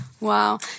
Wow